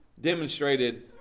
demonstrated